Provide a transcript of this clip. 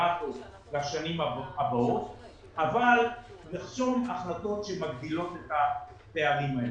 הנומרטור בשנים הבאות אבל לחסום החלטות שמגבילות את הפערים האלה.